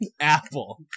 apple